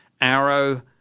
Arrow